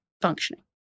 functioning